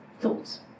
thoughts